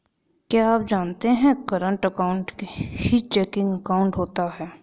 क्या आप जानते है करंट अकाउंट ही चेकिंग अकाउंट होता है